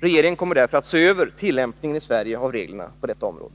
Regeringen kommer därför att se över tillämpningen i Sverige av reglerna på detta område.